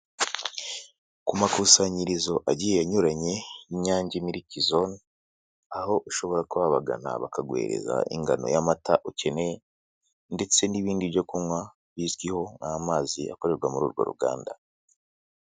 Ku makusanyirizo agiye anyuranye y'inyange miliki zone aho ushobora kuba wabagana bakaguhereza ingano y'amata ukeneye ndetse n'ibindi byo kunywa bizwiho nk'amazi akorerwa muri urwo ruganda.